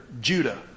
Judah